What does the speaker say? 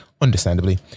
understandably